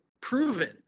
proven